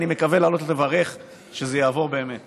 ואני מקווה לעלות ולברך כשזה יעבור באמת.